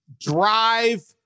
drive